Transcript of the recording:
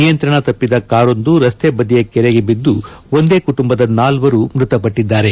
ನಿಯಂತ್ರಣ ತಪ್ಪಿದ ಕಾರೊಂದು ರಸ್ತೆ ಬದಿಯ ಕೆರೆಗೆ ಬಿದ್ದು ಒಂದೇ ಕುಟುಂಬದ ನಾಲ್ವರು ಮೃತಪಟ್ಟಿದ್ದಾರೆ